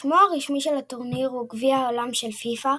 שמו הרשמי של הטורניר הוא "גביע העולם של פיפ"א",